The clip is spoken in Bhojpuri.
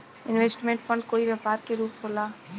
इन्वेस्टमेंट फंड कोई व्यापार के रूप में होला